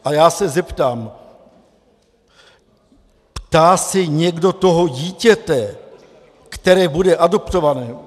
A já se zeptám: Ptá se někdo toho dítěte, které bude adoptované...